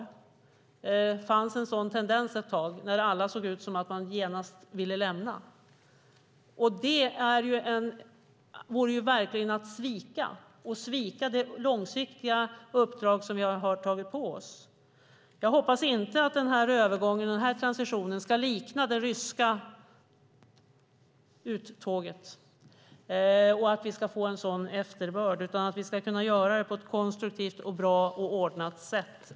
Det fanns en sådan tendens ett tag när alla såg ut som om man genast ville lämna. Det vore verkligen att svika det långsiktiga uppdrag som vi har tagit på oss. Jag hoppas att den här övergången, transitionen, till det afghanska styret inte ska likna det ryska uttåget med en sådan efterbörd, utan att vi ska kunna göra det på ett konstruktivt, bra och ordnat sätt.